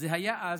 זה היה אז,